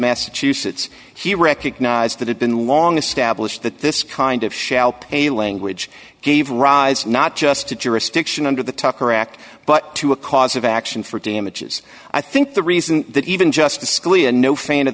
massachusetts he recognized it had been long established that this kind of shelp a language gave rise not just to jurisdiction under the tucker act but to a cause of action for damages i think the reason that even justice scalia no fan of